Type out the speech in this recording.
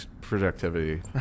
productivity